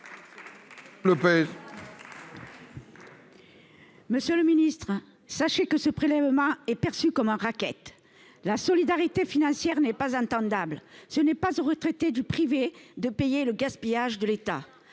Monsieur le ministre, sachez que ce prélèvement est perçu comme un racket ! La solidarité financière n’est pas audible : ce n’est pas aux retraités du privé de payer le gaspillage de l’État.